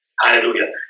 Hallelujah